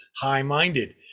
high-minded